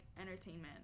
entertainment